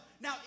Now